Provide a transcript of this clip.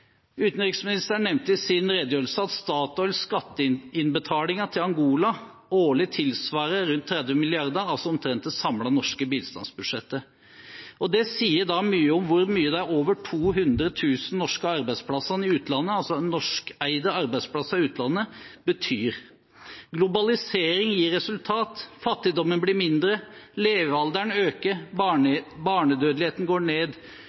Utenriksministeren nevnte i sin redegjørelse at Statoils skatteinnbetalinger til Angola årlig tilsvarer rundt 30 mrd. kr, altså omtrent det samlede norske bistandsbudsjettet. Det sier mye om hvor mye de over 200 000 norske arbeidsplassene i utlandet – altså norskeide arbeidsplasser i utlandet – betyr. Globalisering gir resultat. Fattigdommen blir mindre, levealderen øker, barnedødeligheten går ned.